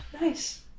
nice